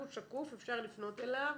הוא שקוף, אפשר לפנות אליו